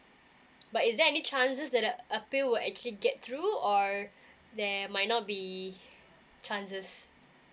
but is there any chances that a appeal will actually get through or there might not be chances